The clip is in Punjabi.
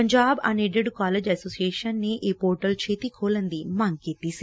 ਪੰਜਾਬ ਅਨਏਡਿਡ ਕਾਲਿਜ ਐਸੋਸੀਏਸ਼ਨ ਨੇ ਇਹ ਪੋਰਟਲ ਛੇਤੀ ਖੋਲ਼ਣ ਦੀ ਮੰਗ ਕੀਤੀ ਸੀ